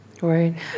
Right